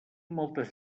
moltes